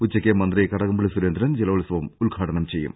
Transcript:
ഉച്ചയ്ക്ക് മന്ത്രി കടകംപള്ളി സുരേന്ദ്രൻ ജലോത്സവം ഉദ്ഘാടനം ചെയ്യും